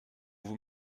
vous